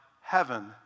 heaven